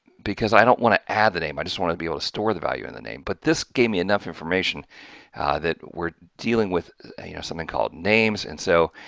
because i don't want to add the name i just want to be able to store the value in the name, but this gave me enough information that we're dealing with you know something called names and so,